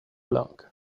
long